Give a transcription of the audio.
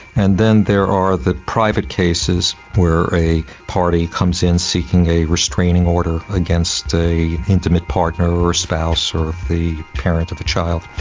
and then there are the private cases where a party comes in seeking a restraining order against an intimate partner or spouse or the parent of a child.